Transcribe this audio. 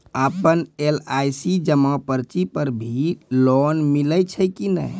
आपन एल.आई.सी जमा पर्ची पर भी लोन मिलै छै कि नै?